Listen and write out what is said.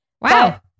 Wow